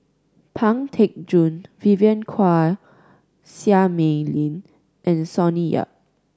Pang Teck Joon Vivien Quahe Seah Mei Lin and Sonny Yap